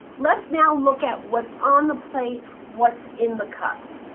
let's now look at what's on the plate, what's in the cups.